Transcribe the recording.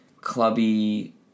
clubby